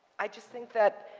i just think that,